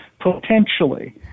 potentially